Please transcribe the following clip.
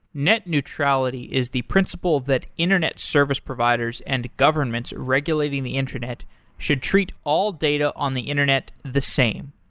net neutrality is the principle that internet service providers and governments regulating the internet should treat all data on the internet the same.